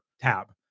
tab